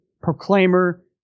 proclaimer